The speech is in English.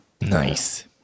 nice